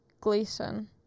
Gleason